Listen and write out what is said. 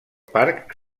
parc